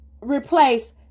replace